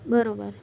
બરાબર